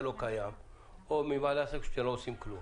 לא קיים או --- שאתם לא עושים כלום.